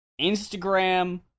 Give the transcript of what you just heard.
Instagram